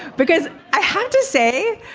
because i have to say,